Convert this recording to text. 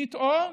פתאום